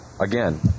again